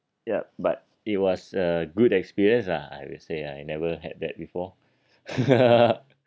ya but it was a good experience lah I will say I never had that before